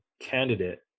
candidate